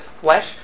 flesh